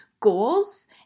goals